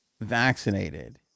vaccinated